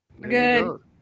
Good